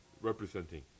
representing